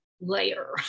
layer